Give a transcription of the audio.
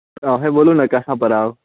अहीँ बोलू ने कहाँ पर आउ